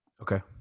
Okay